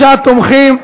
36 תומכים,